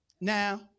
Now